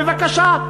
בבקשה.